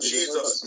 Jesus